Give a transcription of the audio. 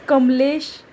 Kamlesh